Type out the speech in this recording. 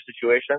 situation